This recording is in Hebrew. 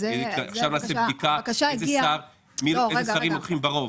עכשיו נעשה בדיקה איזה שרים לוקחים ברוב.